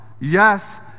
yes